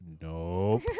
Nope